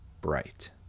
bright